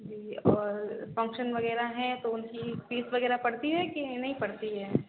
जी और फ़ंक्शन वग़ैरह हैं तो उनकी फ़ीस वग़ैरह पड़ती है कि नहीं पड़ती है